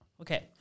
Okay